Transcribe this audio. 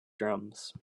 drums